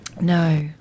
No